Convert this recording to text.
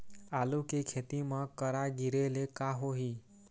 आलू के खेती म करा गिरेले का होही?